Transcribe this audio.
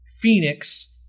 Phoenix